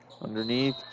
Underneath